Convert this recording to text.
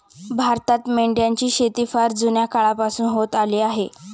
भारतात मेंढ्यांची शेती फार जुन्या काळापासून होत आली आहे